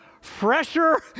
fresher